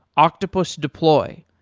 octopus deploy,